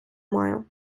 маю